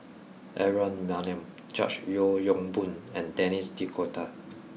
Aaron Maniam George Yeo Yong Boon and Denis D'Cotta